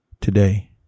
Today